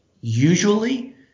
usually